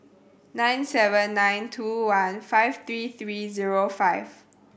nine seven nine two one five three three zero five